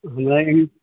हमरा एहन